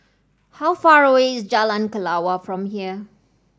how far away is Jalan Kelawar from here